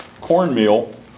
cornmeal